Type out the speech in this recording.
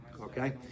okay